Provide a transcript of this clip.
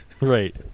Right